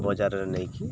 ବଜାରରେ ନେଇକି